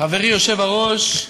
חברי היושב-ראש,